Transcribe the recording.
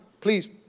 please